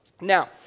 Now